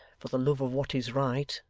for the love of what is right,